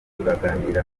turaganira